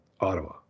Ottawa